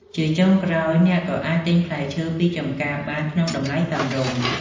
ជាចុងក្រោយ អ្នកក៏អាចទិញផ្លែឈើពីចម្ការបានក្នុងតម្លៃសមរម្យ។